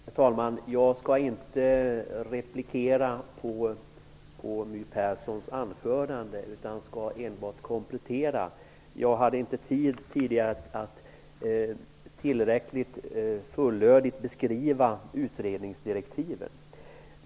Herr talman! Jag skall inte replikera på My Perssons anförande, utan jag skall enbart göra en komplettering. Jag hade tidigare inte tid att tillräckligt fullödigt beskriva utredningsdirektiven.